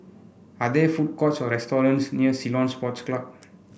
are there food courts or restaurants near Ceylon Sports Club